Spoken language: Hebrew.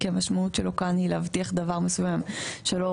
כי המשמעות שלו כאן היא להבטיח דבר מסוים שלא